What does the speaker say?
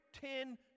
ten